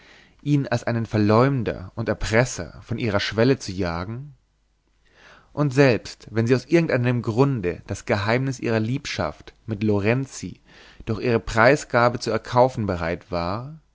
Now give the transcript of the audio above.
ihn als einen verleumder und erpresser von ihrer schwelle zu jagen und selbst wenn sie aus irgendeinem grunde das geheimnis ihrer liebschaft mit lorenzi durch ihre preisgabe zu erkaufen bereit war